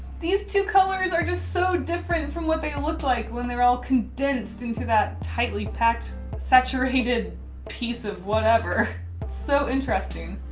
these two colors are just so different from what they look like when they're all condensed into that tightly packed saturated piece of whatever. it's so interesting!